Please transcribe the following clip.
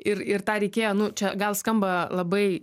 ir ir tą reikėjo nu čia gal skamba labai